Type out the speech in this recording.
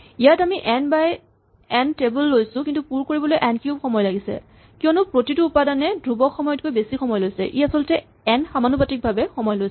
ইয়াত আমি n by n table লৈছো কিন্তু পুৰ কৰিবলৈ এন কিউব সময় লাগিছে কিয়নো প্ৰতিটো উপাদানে ধ্ৰুৱক সময়তকৈ বেছি সময় লৈছে ই আচলতে এন সমানুপাতিকভাৱে সময় লৈছে